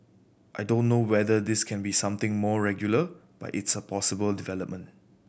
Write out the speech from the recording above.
I don't know whether this can be something more regular but it's a possible development